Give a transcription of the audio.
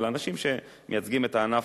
אלא אנשים שמייצגים את הענף